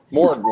More